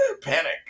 panic